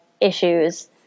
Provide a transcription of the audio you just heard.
issues